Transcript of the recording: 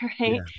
right